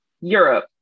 Europe